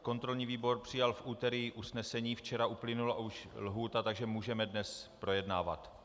Kontrolní výbor přijal v úterý usnesení, včera uplynula lhůta, takže můžeme už dnes projednávat.